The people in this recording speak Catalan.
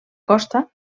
costa